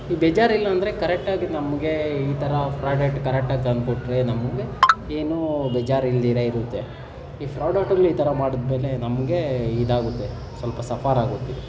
ಈ ಬೇಜಾರು ಇಲ್ಲಾಂದರೆ ಕರೆಕ್ಟ್ ಆಗಿ ನಮಗೆ ಈ ಥರ ಫ್ರಾಡಕ್ಟ್ ಕರೆಕ್ಟ್ ಆಗಿ ತಂದ್ಕೊಟ್ರೆ ನಮಗೆ ಏನೂ ಬೇಜಾರು ಇಲ್ದಿರ ಇರುತ್ತೆ ಈ ಫ್ರಾಡಕ್ಟ್ಗಳು ಈ ಥರ ಮಾಡಿದ್ಮೇಲೆ ನಮಗೆ ಇದಾಗುತ್ತೆ ಸ್ವಲ್ಪ ಸಫರ್ ಆಗುತ್ತೆ